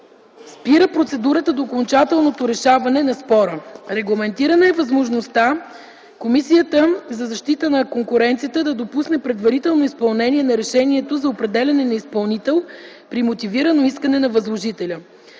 спира процедурата до окончателното решаване на спора. Регламентирана е възможността Комисията за защита на конкуренцията да допусне предварително изпълнение на решението за определяне на изпълнител при мотивирано искане на възложителя.